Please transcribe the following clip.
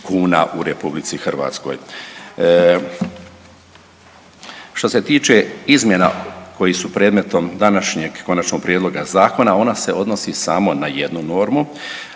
kuna u RH. Što se tiče izmjena koje su predmetom današnjeg konačnog prijedloga zakona ona se odnosi samo na jednu normu,